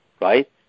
right